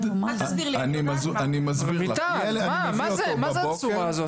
מה זאת הצורה הזאת.